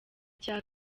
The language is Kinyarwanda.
cya